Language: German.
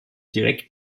direkt